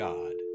God